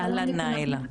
אהלן נאילה.